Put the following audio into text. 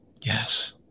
Yes